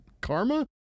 karma